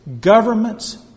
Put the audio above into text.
governments